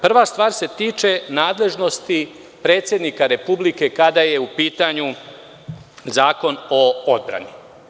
Prva stvar se tiče nadležnosti predsednika Republike kada je u pitanju Zakon o odbrani.